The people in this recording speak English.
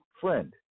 Friend